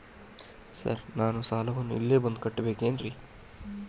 Sir ನಾನು ಸಾಲವನ್ನು ಇಲ್ಲೇ ಬಂದು ಕಟ್ಟಬೇಕೇನ್ರಿ?